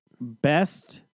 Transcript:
Best